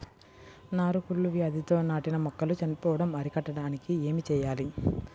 నారు కుళ్ళు వ్యాధితో నాటిన మొక్కలు చనిపోవడం అరికట్టడానికి ఏమి చేయాలి?